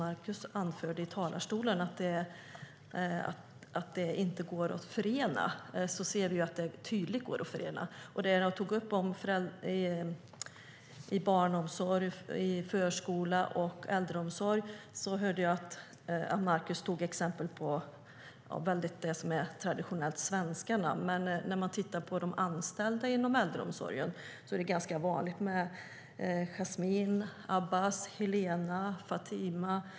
Markus Wiechel sade ju att det inte går att förena, men vi ser ju tydligt att det går. Jag tog upp exempel om barnomsorg, förskola och äldreomsorg, medan Markus tog upp exempel på det som är traditionellt svenska namn. Det är ganska vanligt att de anställda inom äldreomsorgen har namn som Jasmine, Abbas, Helena, Fatima.